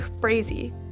crazy